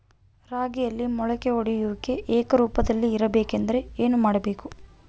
ರಾಗಿಯಲ್ಲಿ ಮೊಳಕೆ ಒಡೆಯುವಿಕೆ ಏಕರೂಪದಲ್ಲಿ ಇರಬೇಕೆಂದರೆ ಏನು ಮಾಡಬೇಕು?